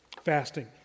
Fasting